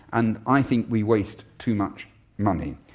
and i think we waste too much money.